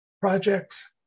projects